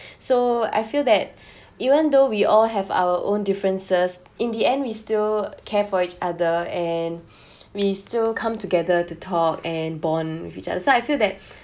so I feel that even though we all have our own differences in the end we still care for each other and we still come together to talk and bond with each other so I feel that